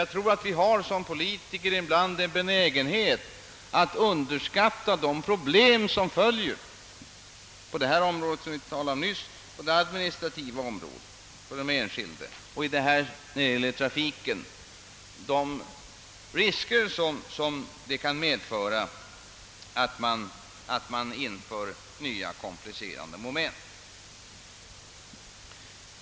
Jag tror emellertid att vi som politiker ibland har benägenhet att underskatta de problem som följer på det här området som vi talat om nyss, på det administrativa området för den enskilda och när det gäller trafiken de risker som det kan medföra att man inför nya komplicerande moment.